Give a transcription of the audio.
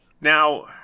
Now